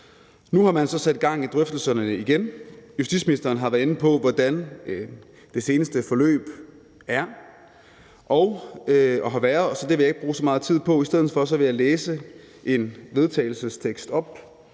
Nu har man så sat gang i drøftelserne igen. Justitsministeren har været inde på, hvordan det seneste forløb har været, så det vil jeg ikke bruge så meget tid på. I stedet for vil jeg læse en vedtagelsestekst op